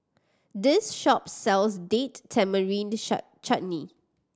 this shop sells Date Tamarind Chutney